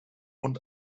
und